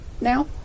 now